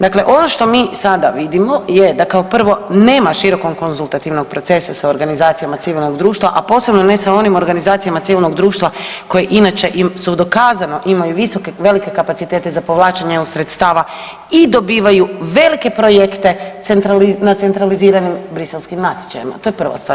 Dakle, ono što mi sada vidimo je da kao prvo., nema široko konzultativnog procesa sa organizacijama civilnog društva a posebno ne sa onim organizacijama civilnog društva koje inače dokazano imaju velike kapacitete za povlačenje EU sredstava i dobivaju velike projekte na centraliziranim briselskim natječajima, to je prva stvar.